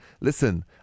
listen